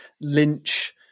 lynch